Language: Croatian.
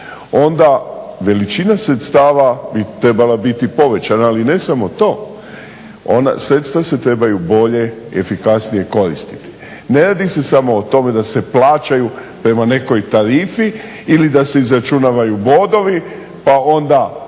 Onda veličina sredstava bi trebala biti povećana ali ne samo to. Ona, sredstva se trebaju bolje, efikasnije koristiti. Ne radi se samo o tome da se plaćaju prema nekoj tarifi ili da se izračunavaju bodovi pa onda